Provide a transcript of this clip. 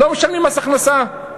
לא משלמים מס הכנסה.